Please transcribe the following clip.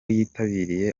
yitabiriye